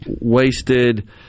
wasted